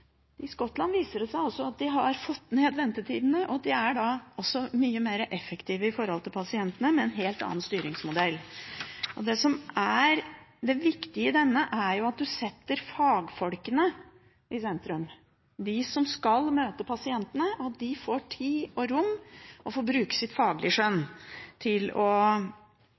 i Skottland viser det seg altså at de med en helt annen styringsmodell har fått ned ventetidene og er mye mer effektive overfor pasientene. Det som er det viktige, er at man setter fagfolkene i sentrum – at de som skal møte pasientene, får tid og rom til å bruke sitt faglige skjønn til å